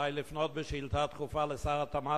עלי לפנות בשאילתא דחופה לשר התמ"ת?